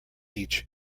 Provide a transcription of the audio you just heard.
each